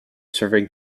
serving